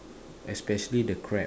especially the crab